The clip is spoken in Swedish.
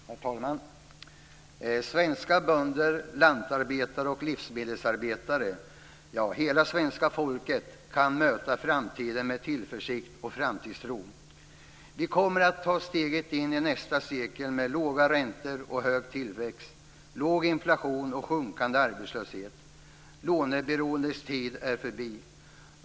Herr talman! Svenska bönder, lantarbetare och livsmedelsarbetare, ja hela svenska folket, kan möta framtiden med tillförsikt och framtidstro. Vi kommer att ta steget in i nästa sekel med låga räntor och hög tillväxt, låg inflation och sjunkande arbetslöshet. Låneberoendets tid är förbi.